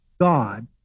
God